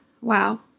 Wow